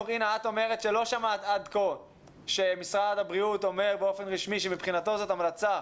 שמעת עד כה שמשרד הבריאות אומר באופן רשמי שמבחינתו זאת המלצה.